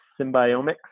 symbiomics